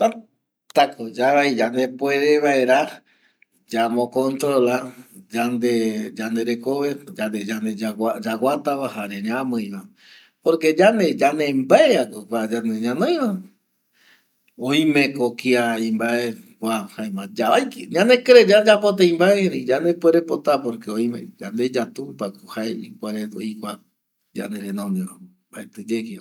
Tata ko yavai yandepuere vaera ya mo controla yande rekove yande yaguata va, jare ñamuiva porque yande yandevaea ko kua ñanoiva oime ko kia imbae kua jaema yavai, yandekirei yayapo tei vae erei yandepuere pota porque oime ko yandeyatumpa ko jae ko oikua ñanderenondeva mbaeti ye kia